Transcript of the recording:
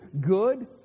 good